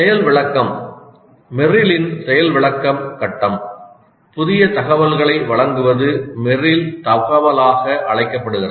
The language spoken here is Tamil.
செயல் விளக்கம் மெர்ரிலின் செயல் விளக்கம் கட்டம் புதிய தகவல்களை வழங்குவது மெர்ரில் தகவலாக அழைக்கப்படுகிறது